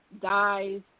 dies